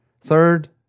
Third